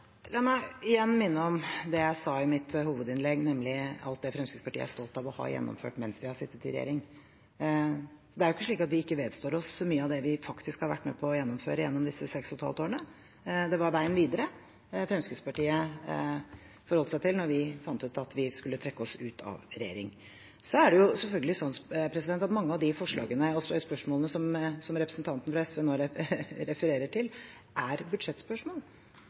La meg igjen minne om det jeg sa i mitt hovedinnlegg, nemlig alt det Fremskrittspartiet er stolt av å ha gjennomført mens vi satt i regjering. Det er ikke slik at vi ikke vedstår oss mye av det vi har vært med på å gjennomføre i løpet av disse 6,5 årene. Det var veien videre Fremskrittspartiet forholdt seg til da vi fant ut at vi skulle trekke oss ut av regjering. Så er det selvfølgelig slik at mange av de spørsmålene som representanten fra SV nettopp refererte til, er budsjettspørsmål, som Fremskrittspartiet selvsagt og helt naturlig vil komme tilbake til når det er